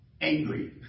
angry